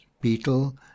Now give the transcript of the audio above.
beetle